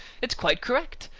it's quite correct!